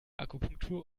akupunktur